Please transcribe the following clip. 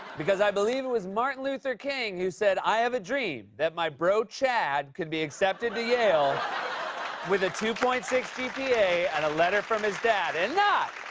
because i believe it was martin luther king who said, i have a dream that my bro, chad, could be accepted to yale with a two point six gpa and a letter from his dad and not